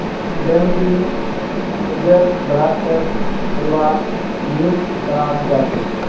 banking agent ग्राहकेर सेवार नियुक्त कराल जा छेक